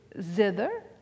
zither